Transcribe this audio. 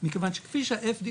מכיוון שכפי שה-FDA,